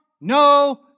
no